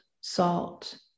salt